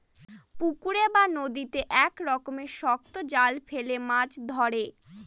পুকুরে বা নদীতে এক রকমের শক্ত জাল ফেলে মাছ ধরে